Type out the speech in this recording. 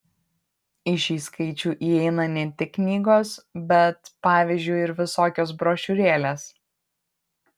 į šį skaičių įeina ne tik knygos bet pavyzdžiui ir visokios brošiūrėlės